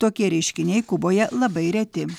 tokie reiškiniai kuboje labai reti